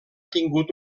tingut